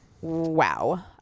Wow